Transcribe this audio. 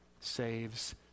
saves